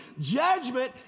judgment